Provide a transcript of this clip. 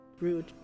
Rude